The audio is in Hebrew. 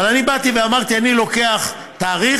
אבל אני באתי ואמרתי: אני לוקח תאריך